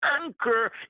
anchor